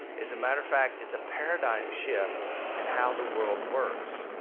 as a matter of fact, it's a paradigm shift and how the world works.